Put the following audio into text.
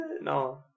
no